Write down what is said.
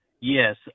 yes